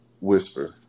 Whisper